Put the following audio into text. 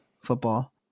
football